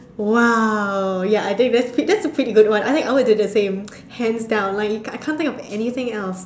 !wow! ya I think that's that's a pretty good one I think I would do the same hands down like I can't think of anything else